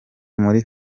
muri